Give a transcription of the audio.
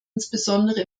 insbesondere